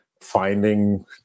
finding